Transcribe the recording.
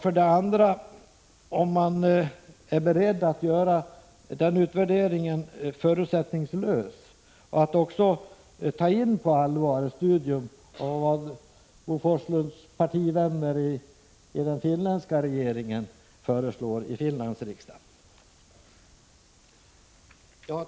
För det andra: Är man beredd att göra denna utvärdering förutsättningslöst och på allvar ta upp ett studium av vad Bo Forslunds partivänner i den finländska regeringen föreslår i Finlands riksdag?